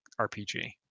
RPG